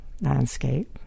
landscape